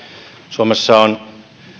suomessa on